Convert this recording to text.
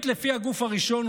לפי הגוף הראשון,